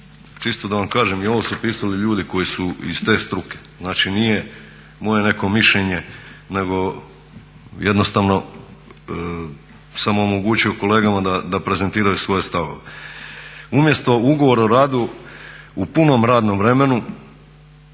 čisto da vam kažem i ovo su pisali ljudi koji su iz te struke. Znači, nije neko moje mišljenje, nego jednostavno sam omogućio kolegama da prezentiraju svoje stavove. Umjesto ugovora o radu u punom radnom vremenu